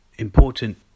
Important